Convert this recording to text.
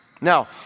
Now